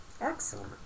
Excellent